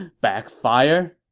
and backfire?